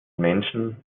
menschen